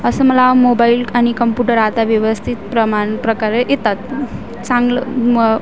असं मला मोबाईल आणि कंपुटर आता व्यवस्थित प्रमाणे प्रकारे येतात चांगलं मग